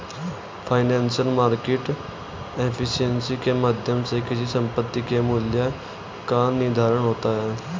financial market efficiency के माध्यम से किसी संपत्ति के मूल्य का निर्धारण होता है